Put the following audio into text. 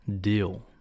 deal